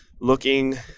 looking